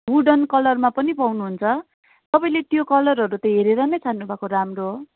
wooden कलरमा पनि पाउनु हुन्छ तपाईँले त्यो कलरहरू त हेरेर नै छान्नु भएको राम्रो हो